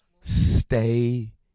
Stay